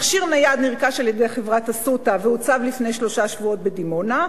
מכשיר נייד נרכש על-ידי חברת "אסותא" והוצב לפני שלושה שבועות בדימונה,